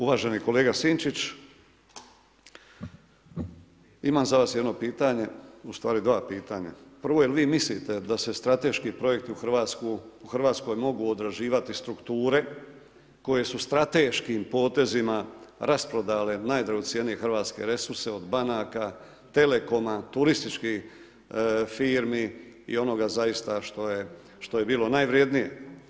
Uvaženi kolega Sinčić, imam za vas jedno pitanje, ustvari 2 pitanja, prvo jel vi mislite da se strateški projekti u Hrvatskoj mogu odrađivati strukture koje seu strateškim potezima rasprodale najdragocjenije hrvatske resurse od banaka, telekoma, turističkih firmi i onoga zaista što je bilo najvrijednije.